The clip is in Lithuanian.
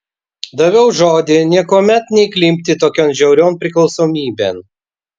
daviau žodį niekuomet neįklimpti tokion žiaurion priklausomybėn